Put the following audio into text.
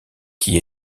qui